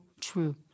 true